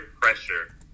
pressure